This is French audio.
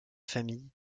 famille